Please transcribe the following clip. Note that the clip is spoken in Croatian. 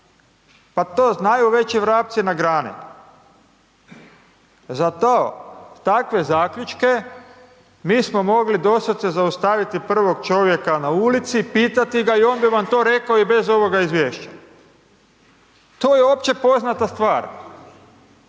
Pa to znaju već i vrapci na grani. Za to, takve zaključke mi smo mogli doslovce zaustaviti prvog čovjeka na ulici, pitati ga i on bi vam to rekao i bez ovoga izvješća. To je opće poznata stvar.